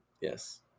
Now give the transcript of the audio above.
Yes